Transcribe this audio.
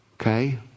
Okay